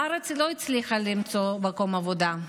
בארץ היא לא הצליחה למצוא מקום עבודה.